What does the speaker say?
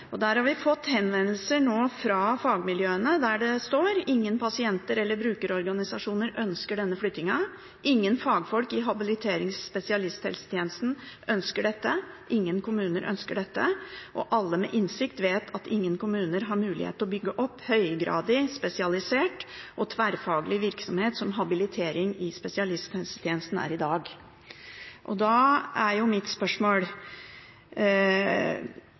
rehabilitering. Der har vi nå fått henvendelser fra fagmiljøene der det står at ingen pasienter eller brukerorganisasjoner ønsker denne flyttingen, at ingen fagfolk i habilitering i spesialisthelsetjenesten ønsker dette, at ingen kommuner ønsker dette, og at alle med innsikt vet at ingen kommuner har mulighet til å bygge opp høygradig, spesialisert og tverrfaglig virksomhet, som habilitering i spesialisthelsetjenesten er i dag. Da er mitt spørsmål: